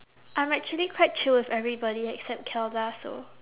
I'm actually quite chill with everybody except kelda so